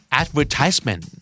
advertisement